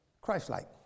Christ-like